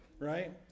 right